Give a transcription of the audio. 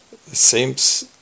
seems